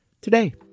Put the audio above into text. today